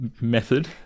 method